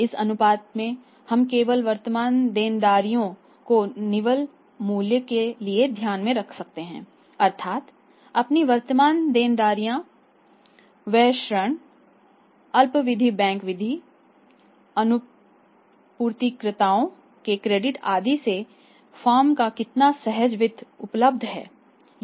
इस अनुपात में हम केवल वर्तमान देनदारियों को निवल मूल्य के लिए ध्यान में रख रहे हैं अर्थात अपनी वर्तमान देनदारियों व्यय ऋण अल्पावधि बैंक वित्त आपूर्तिकर्ताओं के क्रेडिट आदि से फर्म को कितना सहज वित्त उपलब्ध है